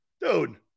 Dude